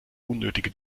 unnötige